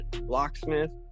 Locksmith